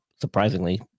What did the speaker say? Surprisingly